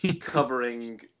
covering